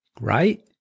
right